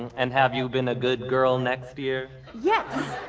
and have you been a good girl next year? yes.